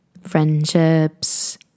friendships